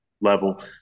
level